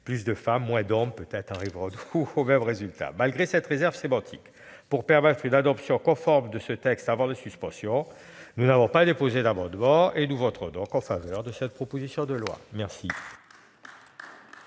Plus de femmes, moins d'hommes : peut-être arriverons-nous un jour à l'équilibre ! Malgré cette réserve sémantique, et pour permettre une adoption conforme de ce texte avant la suspension, nous n'avons pas déposé d'amendement et nous voterons donc en faveur de cette proposition de loi. La